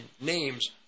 names